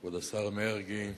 כבוד השר מרגי,